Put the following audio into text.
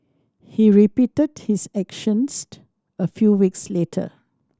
he repeated his actions a few weeks later